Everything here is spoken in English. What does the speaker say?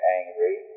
angry